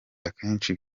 akenshi